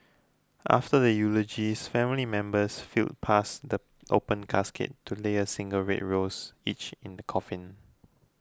after the eulogies family members filed past the open casket to lay a single red rose each in the coffin